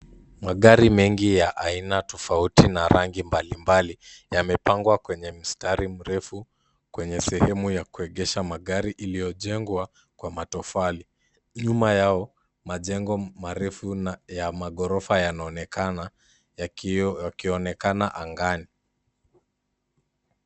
Magari mengi ya aina tofauti na aina mbalimbali yamepangwa kwenye mstari mrefu kwenye sehemu ya kuegesha magari iliyojegwa kwa matofali. Nyuma yao, majengo marefu na ya maghorofa yanaonekana. Yakionekana angani.